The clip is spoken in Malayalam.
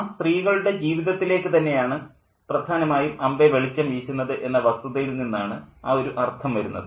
ആ സ്ത്രീകളുടെ ജീവിതത്തിലേക്ക് തന്നെ ആണ് പ്രധാനമായും അംബൈ വെളിച്ചം വീശുന്നത് എന്ന വസ്തുതയിൽ നിന്നാണ് ആ ഒരു അർത്ഥം വരുന്നത്